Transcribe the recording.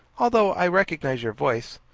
although i recognise your voice.